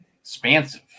expansive